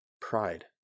Pride